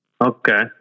Okay